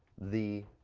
the